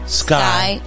sky